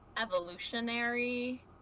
evolutionary